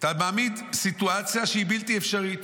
אתה מעמיד סיטואציה בלתי אפשרית.